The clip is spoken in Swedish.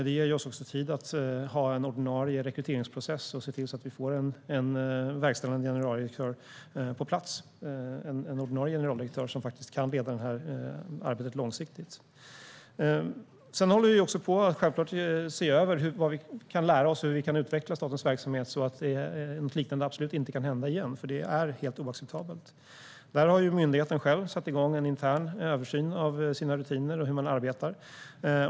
Det ger oss tid att ha en ordinarie rekryteringsprocess och se till att vi får en verkställande generaldirektör på plats, en ordinarie generaldirektör som kan leda arbetet långsiktigt. Vi håller självklart också på att se över vad vi kan lära oss och hur vi kan utveckla statens verksamhet så att något liknande absolut inte kan hända igen, för det är helt oacceptabelt. Där har myndigheten själv satt igång en intern översyn av sina rutiner och hur man arbetar.